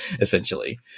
essentially